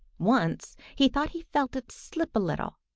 once he thought he felt it slip a little.